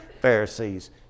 Pharisees